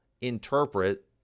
interpret